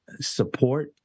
support